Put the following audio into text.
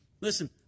listen